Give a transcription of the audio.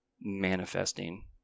manifesting